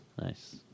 Nice